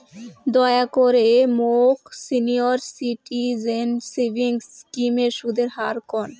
দয়া করে মোক সিনিয়র সিটিজেন সেভিংস স্কিমের সুদের হার কন